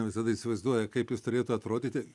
visada įsivaizduoja kaip jis turėtų atrodyti